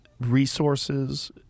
resources